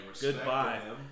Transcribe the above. Goodbye